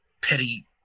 petty